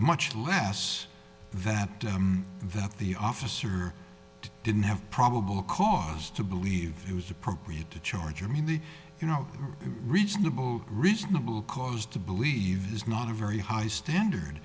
much less than that the officer didn't have probable cause to believe it was appropriate to charge i mean the you know reasonable reasonable cause to believe is not a very high standard